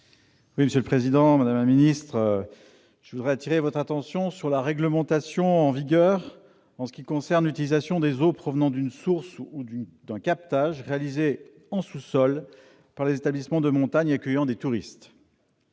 Monsieur le président, madame la ministre, je voudrais attirer votre attention sur la réglementation en vigueur en ce qui concerne l'utilisation des eaux provenant d'une source ou d'un captage réalisé en sous-sol, par les établissements de montagne accueillant des touristes.